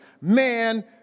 man